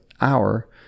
hour